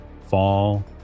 fall